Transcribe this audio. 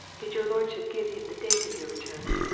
did your lordship give him the date of your return?